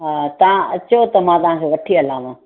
हा तव्हां अचो त मां तव्हांखे वठी हलांव